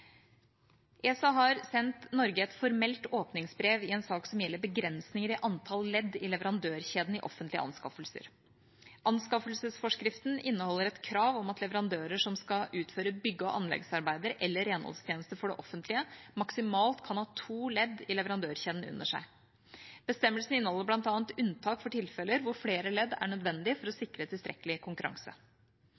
ESA har sendt Norge et formelt åpningsbrev i en sak som gjelder begrensninger i antall ledd i leverandørkjeden i offentlige anskaffelser. Anskaffelsesforskriften inneholder et krav om at leverandører som skal utføre bygge- og anleggsarbeider eller renholdstjenester for det offentlige, maksimalt kan ha to ledd i leverandørkjeden under seg. Bestemmelsen inneholder bl.a. unntak for tilfeller hvor flere ledd er nødvendig for å